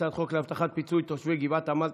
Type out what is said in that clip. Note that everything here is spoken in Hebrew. הצעת חוק להבטחת פיצוי לתושבי גבעת עמל,